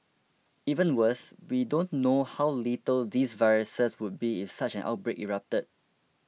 even worse we don't know how lethal these viruses would be if such an outbreak erupted